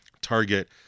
target